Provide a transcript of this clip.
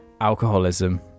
alcoholism